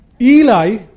Eli